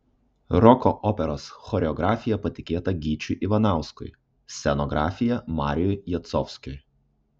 roko operos choreografija patikėta gyčiui ivanauskui scenografija marijui jacovskiui